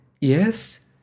yes